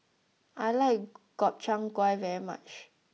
I like Gobchang gui very much